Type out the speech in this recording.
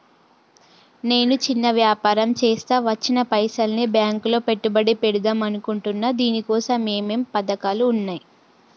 నేను చిన్న వ్యాపారం చేస్తా వచ్చిన పైసల్ని బ్యాంకులో పెట్టుబడి పెడదాం అనుకుంటున్నా దీనికోసం ఏమేం పథకాలు ఉన్నాయ్?